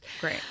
Great